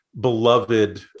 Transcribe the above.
beloved